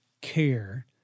care